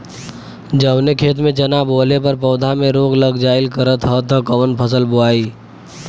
जवने खेत में चना बोअले पर पौधा में रोग लग जाईल करत ह त कवन फसल बोआई?